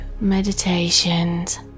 meditations